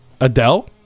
adele